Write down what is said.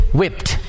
whipped